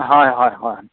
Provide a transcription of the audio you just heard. হয় হয় হয়